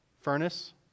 furnace